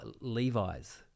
Levi's